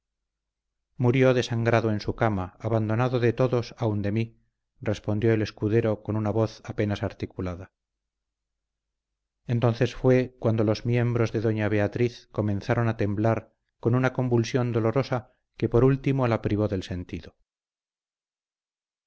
murió desangrado en su cama abandonado de todos aun de mí respondió el escudero con una voz apenas articulada entonces fue cuando los miembros de doña beatriz comenzaron a temblar con una convulsión dolorosa que por último la privó del sentido